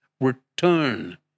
return